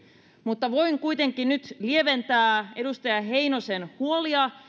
mutta voin kuitenkin nyt lieventää edustaja heinosen huolia